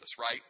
right